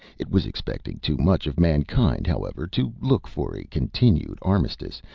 it was expecting too much of mankind, however, to look for a continued armistice,